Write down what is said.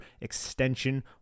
extension